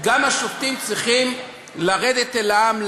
גם השופטים צריכים לרדת אל העם,